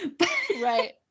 Right